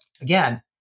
again